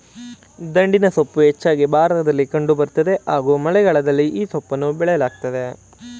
ದಂಟಿನಸೊಪ್ಪು ಹೆಚ್ಚಾಗಿ ಭಾರತದಲ್ಲಿ ಕಂಡು ಬರ್ತದೆ ಹಾಗೂ ಮಳೆಗಾಲದಲ್ಲಿ ಈ ಸೊಪ್ಪನ್ನ ಬೆಳೆಯಲಾಗ್ತದೆ